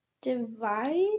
divide